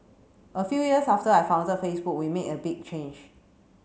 a few years after I founded Facebook we made a big change